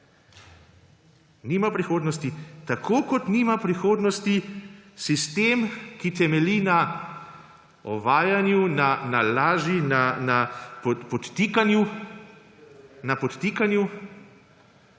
nima prihodnosti. Tako kot nima prihodnosti sistem, ki temelji na ovajanju, na laži, na podtikanju.